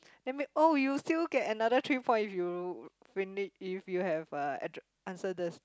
oh you still get another three point if you if you have uh answer this